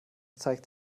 zeigt